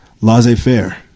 laissez-faire